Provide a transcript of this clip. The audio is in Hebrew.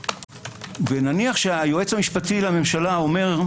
ונניח שהיועץ המשפטי לממשלה אומר: